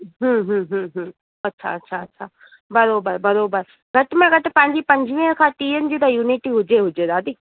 हूं हूं हूं हूं अच्छा अच्छा अच्छा बराबरि बराबरि घट में घटि पंहिंजी पंजवीह खां टीहनि जी त युनिटी हुजे हुजे दादी